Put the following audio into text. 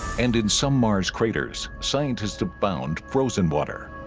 and in some mars craters scientists abound frozen water